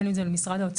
כין אם זה למשרד האוצר,